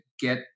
get